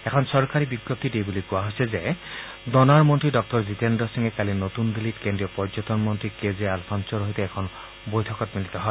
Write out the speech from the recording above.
এখন চৰকাৰী বিজ্ঞপ্তিত এই বুলি কোৱা হৈছে যে ডনাৰ মন্ত্ৰী জিতেন্দ্ৰ সিঙে কালি নতুন দিল্লীত কেন্দ্ৰীয় পৰ্যটন মন্ত্ৰী কে জে আলফন্ছৰ সৈতে এখন বৈঠকত মিলিত হয়